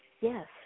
Yes